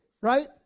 right